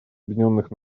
объединенных